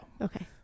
Okay